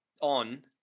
on